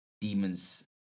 demons